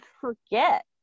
forget